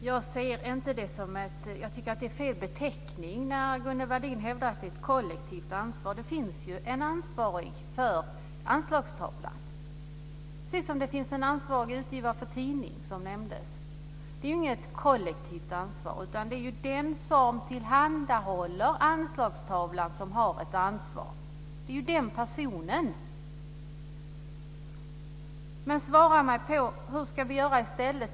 Fru talman! Jag tycker att det är fel beteckning när Gunnel Wallin hävdar att det är ett kollektivt ansvar. Det finns ju en ansvarig för anslagstavlan, precis som det finns en ansvarig utgivare för en tidning, såsom nämndes. Det är inget kollektivt ansvar, utan det är den som tillhandahåller anslagstavlan som har ett ansvar. Det är den personen. Men svara mig då på hur vi ska göra i stället.